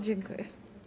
Dziękuję.